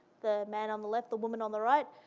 the man on the left, the woman on the right,